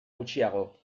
gutxiago